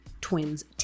twins